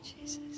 Jesus